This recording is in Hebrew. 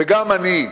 וגם אני,